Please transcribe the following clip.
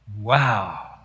Wow